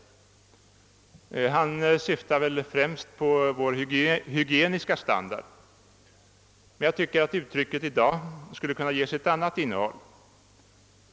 Han syftade då främst på vår låga hygieniska standard. Men jag tycker att uttrycket i dag skulle kunna ges ett annat innehåll.